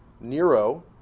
Nero